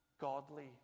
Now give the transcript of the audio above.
godly